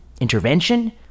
intervention